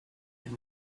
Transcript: and